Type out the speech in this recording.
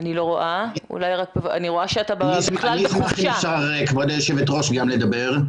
--- כבוד היו"ר אם אפשר גם לדבר?